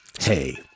Hey